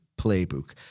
playbook